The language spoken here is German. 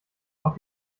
auch